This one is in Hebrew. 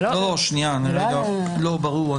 ברור.